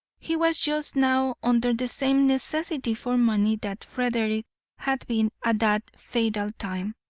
he was just now under the same necessity for money that frederick had been at that fatal time,